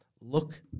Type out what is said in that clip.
Look